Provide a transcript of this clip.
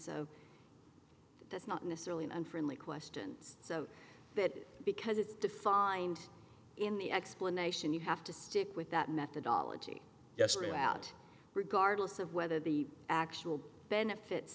so that's not necessarily an unfriendly question so that because it's defined in the explanation you have to stick with that methodology yes it out regardless of whether the actual benefits